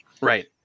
Right